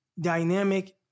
dynamic